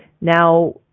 now